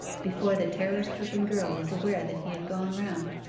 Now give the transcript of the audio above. before the terror-stricken girl was aware that he had gone round.